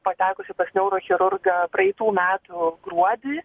patekusi pas neurochirurgą praeitų metų gruodį